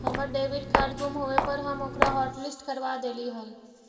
हमर debit card गुम होवे पर हम ओकरा हॉटलिस्ट करवा देली हल